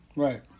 right